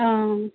অঁ